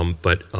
but